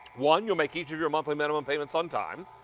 one you make each of your monthly minimum payments on time,